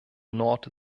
nord